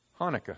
Hanukkah